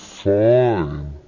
fine